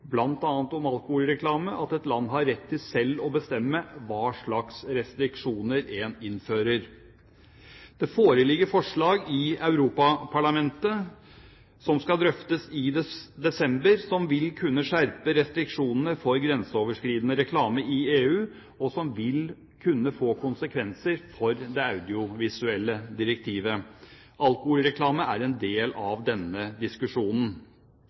om alkoholreklame, at et land har rett til selv å bestemme hva slags restriksjoner en innfører. Det foreligger forslag som skal drøftes i Europaparlamentet i desember, som vil kunne skjerpe restriksjonene for grenseoverskridende reklame i EU, og som vil kunne få konsekvenser for det audiovisuelle direktivet. Alkoholreklame er en del av denne diskusjonen.